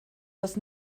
das